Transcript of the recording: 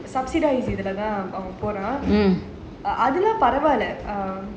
இதுலதான் போறான் அது எல்லாம் பரவால்ல:ithulathaan poraan athu ellaam paravalla